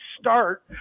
start